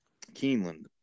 Keeneland